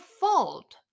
fault